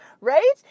right